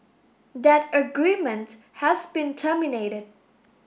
that agreement has been terminated